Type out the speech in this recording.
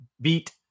beat